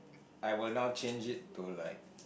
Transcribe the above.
I will now change to like